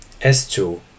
S2